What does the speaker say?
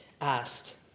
asked